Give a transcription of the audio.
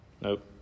Nope